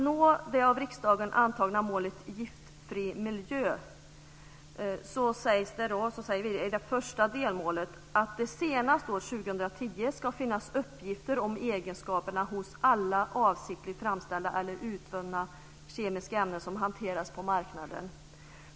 I det av riksdagen antagna målet Giftfri miljö säger man i det första delmålet att det senast 2010 ska finnas uppgifter om egenskaperna hos alla avsiktligt framställda eller utvunna kemiska ämnen som hanteras på marknaden.